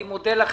אני מודה לכם